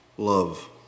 love